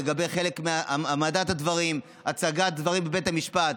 לגבי העמדת הדברים והצגת הדברים בבית המשפט.